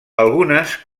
algunes